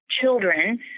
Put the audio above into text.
children